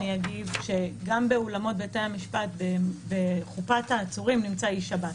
אני אגיד שגם באולמות בתי המשפט בחופת העצורים נמצא איש שב"ס.